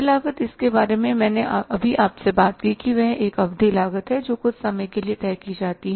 तय लागत इसके बारे में मैंने अभी आपसे बात की वह एक अवधि लागत है जो कुछ समय के लिए तय रहती है